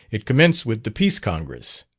it commenced with the peace congress,